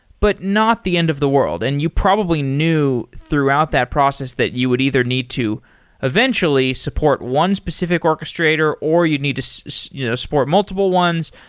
but not the end of the world, and you probably knew throughout that process that you would either need to eventually support one specific orchestrator or you need to so you know support multiple ones,